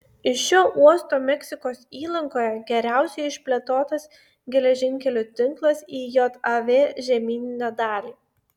iš šio uosto meksikos įlankoje geriausiai išplėtotas geležinkelių tinklas į jav žemyninę dalį